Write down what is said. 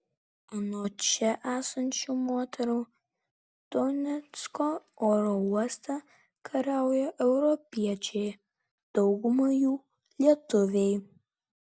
anot čia esančių moterų donecko oro uoste kariauja europiečiai dauguma jų lietuviai